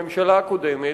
הממשלה הקודמת,